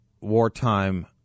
wartime